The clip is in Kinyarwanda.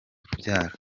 urubyaro